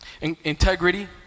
Integrity